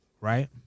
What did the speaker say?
right